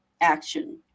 action